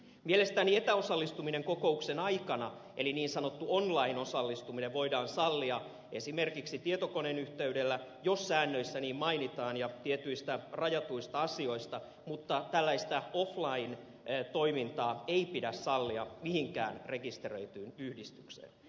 mielestäni etäosallistuminen kokouksen aikana eli niin sanottu online osallistuminen voidaan sallia esimerkiksi tietokoneen yhteydellä jos säännöissä niin mainitaan ja tietyistä rajatuista asioista mutta tällaista offline toimintaa ei pidä sallia mihinkään rekisteröityyn yhdistykseen